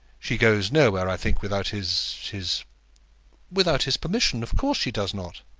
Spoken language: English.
she goes nowhere, i think, without his his without his permission. of course she does not.